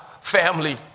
family